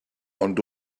ond